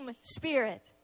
spirit